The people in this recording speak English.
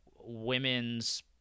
women's